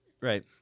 Right